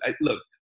look